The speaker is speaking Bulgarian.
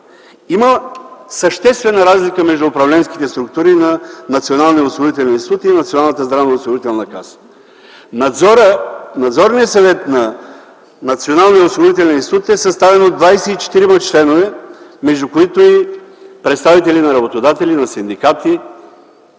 Има съществена разлика между управленските структури на Националния осигурителен институт и Националната здравноосигурителна каса. Надзорният съвет на Националния осигурителен институт е съставен от 24-ма членове, между които и представители на работодатели, на синдикати.